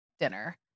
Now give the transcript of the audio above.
dinner